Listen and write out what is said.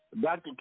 Dr